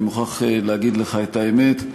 אני מוכרח להגיד לך את האמת,